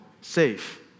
safe